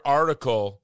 article